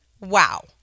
Wow